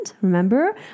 remember